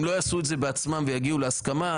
לא יעשו את זה בעצמם ויגיעו להסכמה,